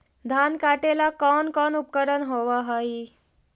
धान काटेला कौन कौन उपकरण होव हइ?